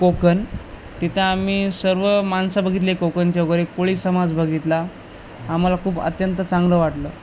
कोकण तिथं आम्ही सर्व माणसं बघितले कोकणचे वगैरे कोळी समाज बघितला आम्हाला खूप अत्यंत चांगलं वाटलं